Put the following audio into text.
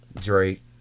Drake